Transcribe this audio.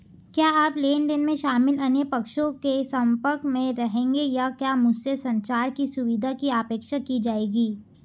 क्या आप लेन देन में शामिल अन्य पक्षों के संपर्क में रहेंगे या क्या मुझसे संचार की सुविधा की अपेक्षा की जाएगी?